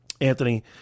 Anthony